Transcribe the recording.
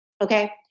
Okay